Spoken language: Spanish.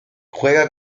juega